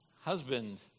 husband